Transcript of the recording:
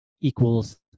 equals